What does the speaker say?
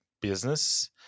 business